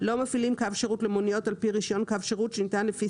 לא מפעילים קו שירות למוניות על פי רישיון קו שירות שניתן לפי